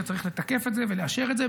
והוא צריך לתקף את זה ולאשר את זה.